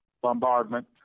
bombardment